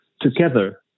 together